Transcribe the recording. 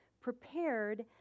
prepared